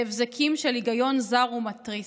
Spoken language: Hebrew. בהבזקים של היגיון זר ומתריס: